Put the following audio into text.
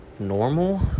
normal